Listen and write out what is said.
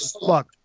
look